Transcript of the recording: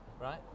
right